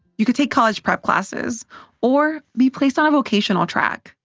you could take college prep classes or be placed on a vocational track,